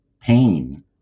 pain